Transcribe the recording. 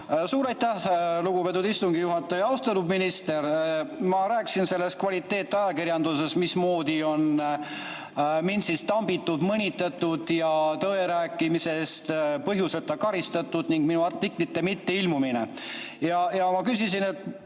Suur aitäh, lugupeetud istungi juhataja! Austatud minister! Ma rääkisin sellest kvaliteetajakirjandusest, mismoodi on mind tambitud, mõnitatud ja tõe rääkimise eest põhjuseta karistatud, ning minu artiklite mitteilmumisest. Ja ma küsisin,